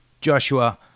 Joshua